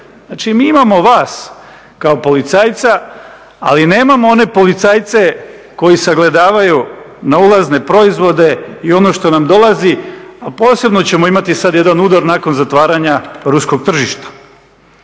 Znači, mi imamo vas kao policajca, ali nemamo one policajce koji sagledavaju na ulazne proizvode i ono što nam dolazi, a posebno ćemo imati sad jedan udar nakon zatvaranja ruskog tržišta.